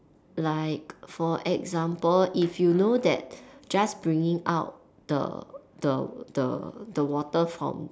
like for example if you know that just bringing out the the the the water from